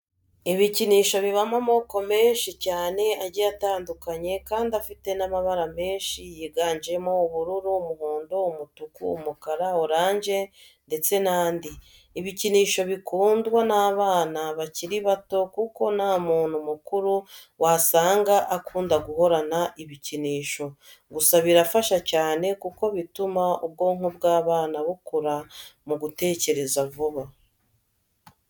Ibikinisho bibamo amoko menshi cyane agiye atandukanye kandi afite n'amabara menshi yiganjemo ubururu, umuhondo, umutuku, umukara, oranje ndetse n'andi. Ibikinisho bikundwa n'abana bakiri batoya kuko nta muntu mukuru wasanga akunda guhorana ibikinisho. Gusa birafasha cyane kuko bituma ubwonko bw'abana bukura mu gutekereza vuba.